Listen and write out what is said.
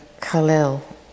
Khalil